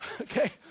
Okay